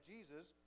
Jesus